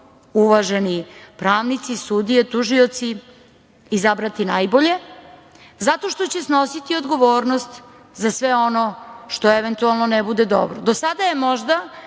uvaženi pravnici, sudije, tužioci izabrati najbolje zato što će snositi odgovornost za sve ono što eventualno ne bude dobro. Do sada je možda